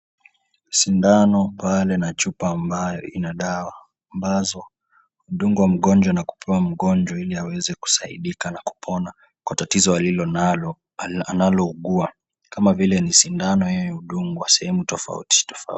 Sindano pale na chupa ambayo ina dawa ambazo hudungwa mgonjwa na kupewa mgonjwa ili aweze kusaidika na kupona kwa tatizo alilonalo analougua kama vile ni sindano yeye huwa anadungwa sehemu tofauti tofauti.